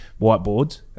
whiteboards